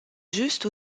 juste